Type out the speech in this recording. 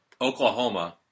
Oklahoma